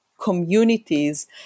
communities